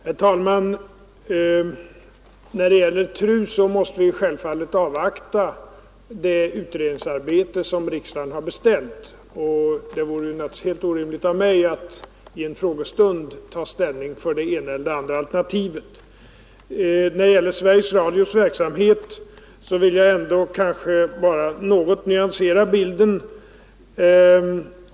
Herr talman! När det gäller TRU måste vi självfallet avvakta det utredningsarbete som riksdagen beställt. Det vore naturligtvis helt orimligt av mig att vid en frågestund ta ställning för det ena eller det andra alternativet. Vad gäller Sveriges Radios verksamhet vill jag ändå något nyansera bilden.